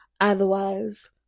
otherwise